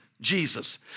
Jesus